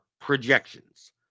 projections